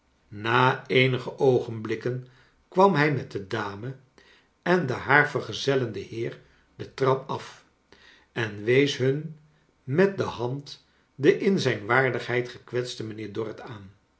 na eenige oogenblikken kwam hij met de dame en den haar vergezellenden heer de trap af en wees hun met de hand den in zij n waardigheid gekwetsten mijnheer dorrit aan